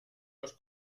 los